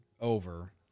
over